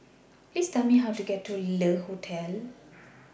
Please Tell Me How to get to Le Hotel